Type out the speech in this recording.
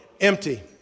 empty